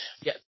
Yes